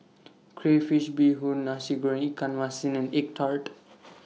Crayfish Beehoon Nasi Goreng Ikan Masin and Egg Tart